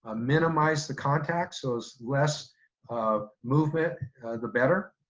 ah minimize the contact so as less um movement the better.